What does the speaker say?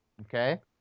okay